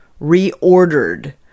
reordered